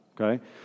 Okay